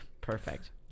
Perfect